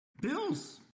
Bills